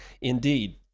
Indeed